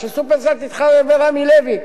ש"שופרסל" תתחרה ב"רמי לוי".